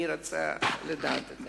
אני רוצה לדעת את זה.